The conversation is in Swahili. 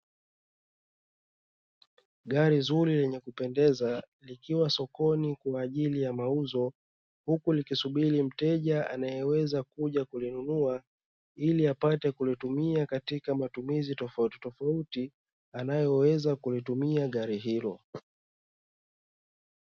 Gari zuri lenye kupendeza likiwa sokoni kwa ajili ya mauzo huku likisubiri mteja anayeweza kuja kulinunua ili apate kulitumia katika matumizi tofautitofauti anayoweza kulitumia gari hilo.